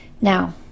Now